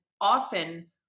often